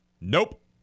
Nope